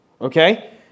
Okay